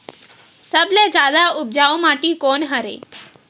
सबले जादा उपजाऊ माटी कोन हरे?